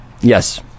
Yes